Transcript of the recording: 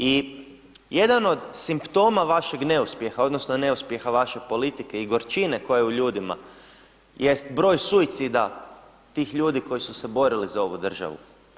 I jedan od simptoma vašeg neuspjeha, odnosno neuspjeha vaše politike i gorčine koja je u ljudima jest broj suicida tih ljudi koji su se borili za ovu državu.